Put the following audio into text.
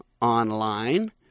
online